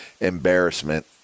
embarrassment